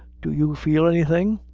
do you feel anything?